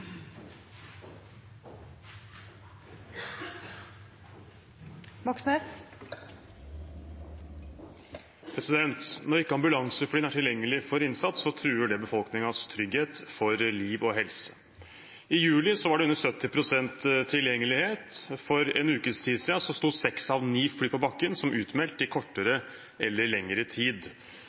for innsats, truer det befolkningens trygghet for liv og helse. I juli var det under 70 pst. tilgjengelighet. For en ukes tid siden sto seks av ni fly på bakken som utmeldt i kortere eller lengre tid.